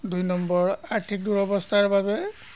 দুই নম্বৰ আৰ্থিক দুৰৱস্থাৰ বাবে